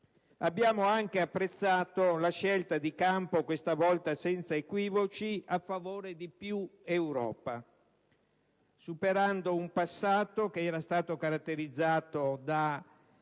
Abbiamo anche apprezzato la scelta di campo, questa volta senza equivoci, a favore di più Europa, superando un passato che era stato caratterizzato da